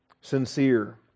sincere